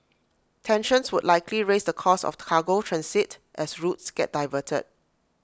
tensions would likely raise the cost of cargo transit as routes get diverted